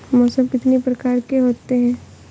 मौसम कितनी प्रकार के होते हैं?